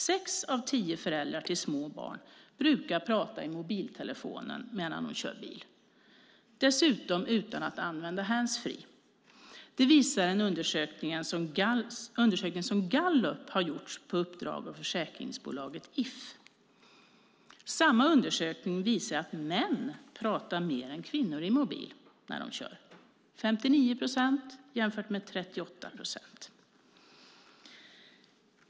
6 av 10 föräldrar till små barn brukar prata i mobiltelefonen medan de kör bil, dessutom utan att använda handsfree. Detta visar en undersökning som Gallup har gjort på uppdrag av försäkringsbolaget If. Samma undersökning visar att män under körning pratar mer är kvinnor i mobil - 59 procent att jämföra med 38 procent.